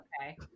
Okay